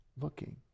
looking